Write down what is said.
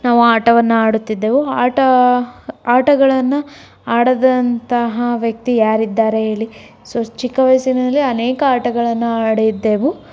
ನಾವು ಆ ಆಟವನ್ನು ಆಡುತ್ತಿದ್ದೆವು ಆಟ ಆಟಗಳನ್ನು ಆಡದಂತಹ ವ್ಯಕ್ತಿ ಯಾರಿದ್ದಾರೆ ಹೇಳಿ ಸೋ ಚಿಕ್ಕ ವಯಸ್ಸಿನಲ್ಲಿ ಅನೇಕ ಆಟಗಳನ್ನು ಆಡಿದ್ದೆವು